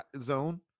zone